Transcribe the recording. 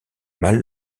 mal